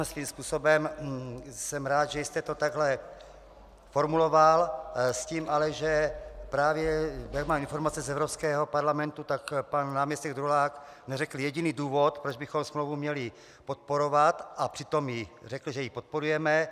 Svým způsobem jsem rád, že jste to takhle formuloval, s tím ale, že právě jak mám informace z Evropského parlamentu, tak pan náměstek Drulák neřekl jediný důvod, proč bychom smlouvu měli podporovat, a přitom řekl, že ji podporujeme.